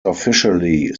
officially